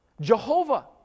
Jehovah